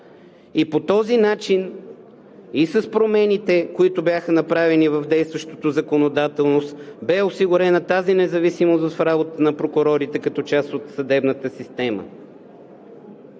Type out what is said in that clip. По този начин и с промените, които бяха направени в действащата законодателност, бе осигурена тази независимост в работата на прокурорите като част от съдебната система.